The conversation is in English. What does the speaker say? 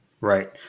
Right